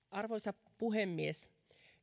arvoisa puhemies